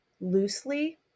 loosely